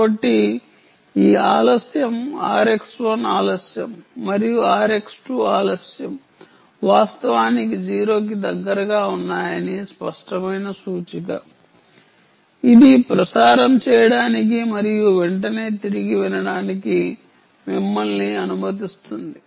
కాబట్టి ఈ ఆలస్యం RX 1 ఆలస్యం మరియు RX 2 ఆలస్యం వాస్తవానికి 0 కి దగ్గరగా ఉన్నాయని స్పష్టమైన సూచిక ఇది ప్రసారం చేయడానికి మరియు వెంటనే తిరిగి వినడానికి మిమ్మల్ని అనుమతిస్తుంది